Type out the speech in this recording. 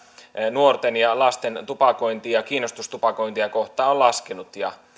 nuorten ja lasten tupakointi ja kiinnostus tupakointia kohtaan on laskenut ja